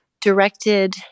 directed